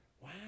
Wow